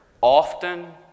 often